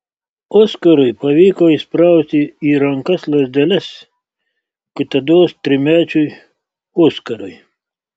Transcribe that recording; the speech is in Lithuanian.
oskarui pavyko įsprausti į rankas lazdeles kitados trimečiui oskarui